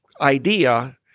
idea